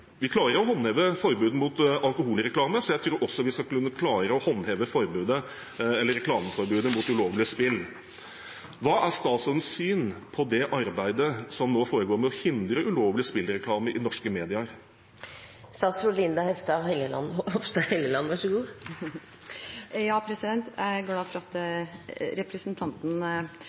Vi klarer å håndheve forbudet mot alkoholreklame, så jeg tror også vi skal kunne klare å håndheve reklameforbudet mot ulovlige spill. Hva er statsrådens syn på det arbeidet som nå foregår med å hindre ulovlig spillreklame i norske medier?